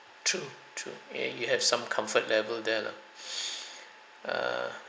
true true eh you have some comfort level there lah err